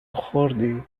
خوردی